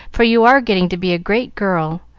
for you are getting to be a great girl,